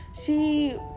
she-